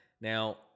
Now